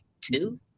two